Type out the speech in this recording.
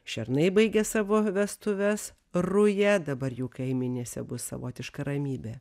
šernai baigia savo vestuves rują dabar jų kaimenėse bus savotiška ramybė